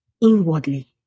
inwardly